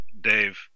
Dave